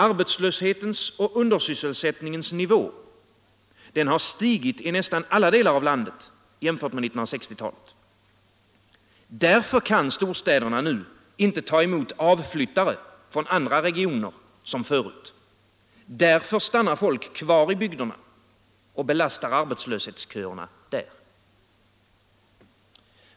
Arbetslöshetens och undersysselsättningens nivå har jämfört med läget under 1960-talet stigit i nästan alla delar av landet. Därför kan inte storstäderna i samma mån som förut ta emot avflyttare från andra regioner och därför stannar folk kvar i bygderna och belastar arbetslöshetsköerna där.